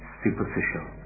superficial